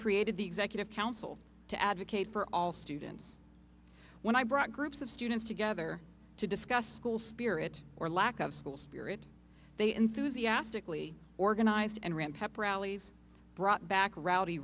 created the executive council to advocate for all students when i brought groups of students together to discuss school spirit or lack of school spirit they enthusiastically organized and ran pep rallies brought back rowdy